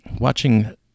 watching